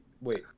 Wait